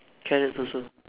carrots also